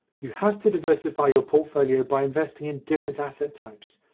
you have to diversify your portfolio by investing in different asset types,